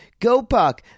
GoPuck